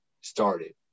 started